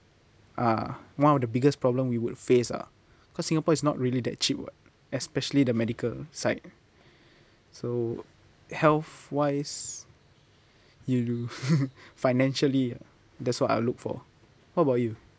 ah one of the biggest problem we would face ah because singapore is not really that cheap [what] especially the medical side so health wise you financially that's what I'll look for what about you